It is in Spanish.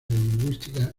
lingüística